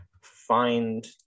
find